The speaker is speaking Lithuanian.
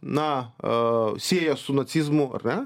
na a sieja su nacizmu ar ne